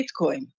Bitcoin